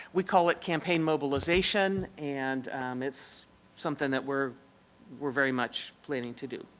we call it campaign mobilization, and it's something that we're we're very much planning to do.